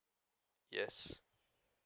yes